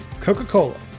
coca-cola